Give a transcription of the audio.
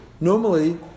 Normally